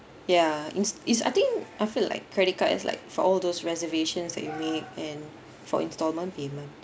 ya it's it's I think I feel like credit card it's like for all those reservations that you made and for instalment payment